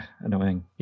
annoying